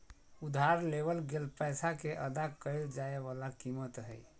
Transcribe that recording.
उधार लेवल गेल पैसा के अदा कइल जाय वला कीमत हइ